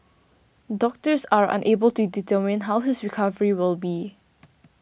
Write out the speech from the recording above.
doctors are unable to determine how his recovery would be